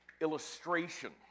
illustration